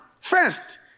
First